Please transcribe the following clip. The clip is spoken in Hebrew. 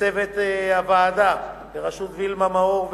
לצוות הוועדה בראשות וילמה מאור,